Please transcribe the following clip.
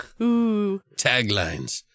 Taglines